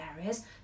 areas